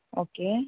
okay